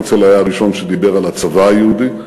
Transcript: הרצל היה הראשון שדיבר על הצבא היהודי.